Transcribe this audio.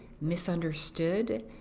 Misunderstood